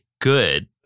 good